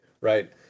right